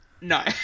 No